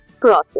process